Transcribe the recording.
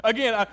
Again